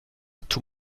tout